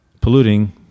polluting